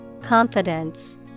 Confidence